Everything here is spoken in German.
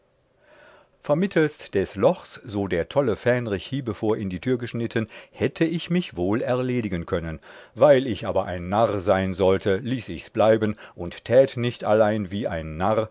vermittelst des lochs so der tolle fähnrich hiebevor in die tür geschnitten hätte ich mich wohl erledigen können weil ich aber ein narr sein sollte ließ ichs bleiben und tät nicht allein wie ein narr